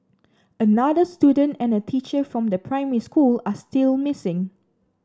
another student and a teacher from the primary school are still missing